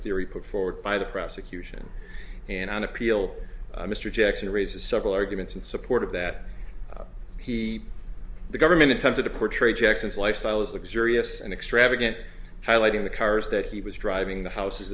theory put forward by the prosecution and on appeal mr jackson raises several arguments in support of that he the government attempted to portray jackson's lifestyle as the curious and extravagant highlighting the cars that he was driving the houses